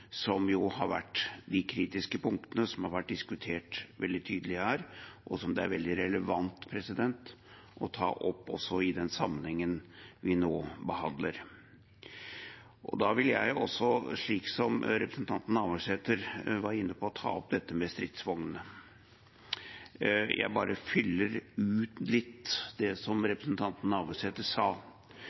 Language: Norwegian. som jo har vært de kritiske punktene som har vært diskutert veldig tydelig her, og som det er veldig relevant å ta opp også i sammenheng med det vi nå behandler. Da vil jeg også, slik som representanten Navarsete var inne på, ta opp dette med stridsvognene. Jeg bare fyller ut litt det som representanten Navarsete sa.